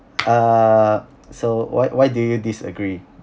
err so why why do you disagree